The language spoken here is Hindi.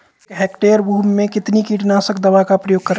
एक हेक्टेयर भूमि में कितनी कीटनाशक दवा का प्रयोग करें?